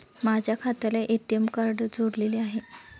माझ्या खात्याला ATM card जोडलेले आहे